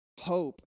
hope